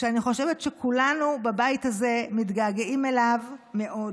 שאני חושבת שכולנו בבית הזה מתגעגעים אליו מאוד.